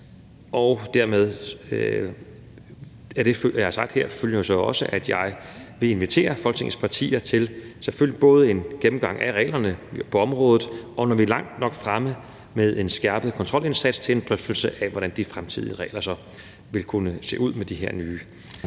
Og af det, jeg har sagt her, følger jo så også, at jeg vil invitere Folketingets partier til både en gennemgang af reglerne på området, og når vi er langt nok fremme med en skærpet kontrolindsats, så også til en drøftelse af, hvordan de fremtidige regler med den her